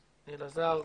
לאלעזר,